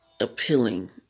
appealing